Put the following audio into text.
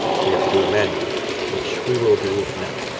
so you have to do it manually which we will do now